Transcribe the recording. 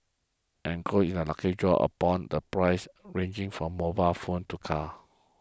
and enclosed is a lucky draw the prizes ranging from mobile phones to cars